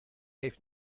heeft